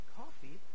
coffee